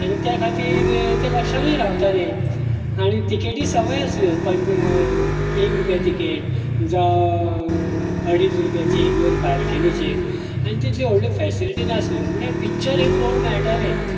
आनी त्या खातीर तें लक्षांनूय रावताले आनी तिकेटी सवाय आसल्यो पं एक रुपया तिकेट जांव अडीज रुपयाची वयर बालकनीचेर आनी तितल्यो व्हडल्यो फेसिलीटी नासल्यो म्हणल्यार पिक्चर हें पळोवंक मेळटालें